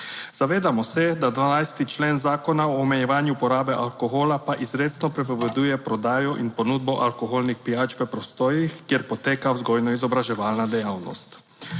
Zavedamo se, da 12. člen Zakona o omejevanju porabe alkohola pa izrecno prepoveduje prodajo in ponudbo alkoholnih pijač v prostorih, kjer poteka vzgojno-izobraževalna dejavnost.